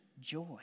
joy